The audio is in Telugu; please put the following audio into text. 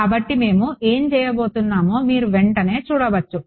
కాబట్టి మేము ఏమి చేయబోతున్నామో మీరు వెంటనే చూడవచ్చు